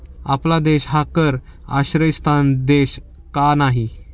आपला देश हा कर आश्रयस्थान देश का नाही?